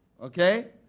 Okay